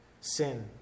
sin